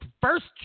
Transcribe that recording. first